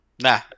Nah